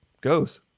goes